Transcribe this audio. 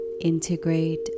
integrate